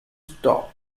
stop